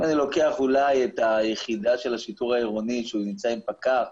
אם אני לוקח אולי את היחידה של השיטור העירוני שהוא נמצא עם פקח,